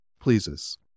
pleases